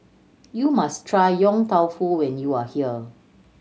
you must try Yong Tau Foo when you are here